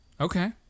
Okay